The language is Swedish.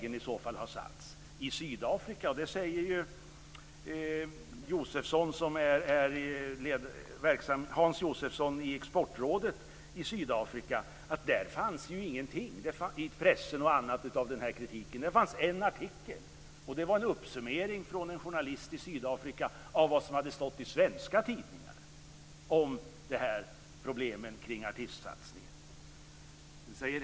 Exportrådets räkning, säger att det där inte fanns något intresse för den här kritiken. Det skrevs en enda artikel, som var en uppsummering gjord av en journalist i Sydafrika av vad som hade stått i svenska tidningar om problemen kring artistsatsningen.